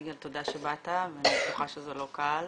תודה שבאת ואני בטוחה שזה לא קל.